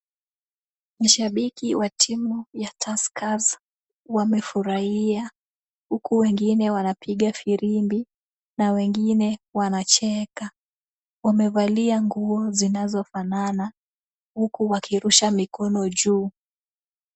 Mashabiki wa timu ya Tuskers wamefurahia, huku wengine wanapiga filimbi, na wengine wanacheka. Wamevalia nguo zinazofanana, huku wakirusha mikono juu.